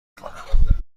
کنم